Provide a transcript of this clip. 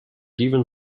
given